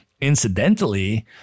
incidentally